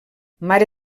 mare